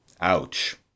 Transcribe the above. Ouch